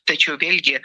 tačiau vėlgi